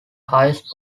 highest